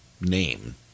name